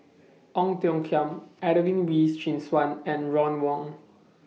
Ong Tiong Khiam Adelene Wee Chin Suan and Ron Wong